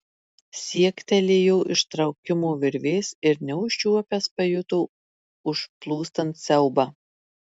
siektelėjo ištraukimo virvės ir neužčiuopęs pajuto užplūstant siaubą